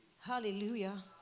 Hallelujah